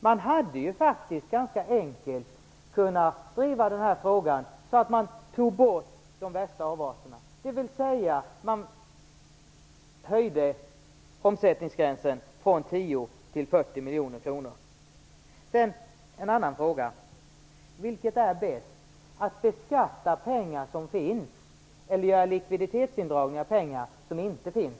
Man hade ganska enkelt kunna driva frågan så att de värsta avarterna hade kunnat tas bort ur förslaget och omsättningsgränsen kunnat höjas från 10 till 40 Så till en annan fråga: Är det bäst att beskatta pengar som finns eller att göra likviditetsindragning av pengar som inte finns?